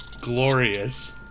glorious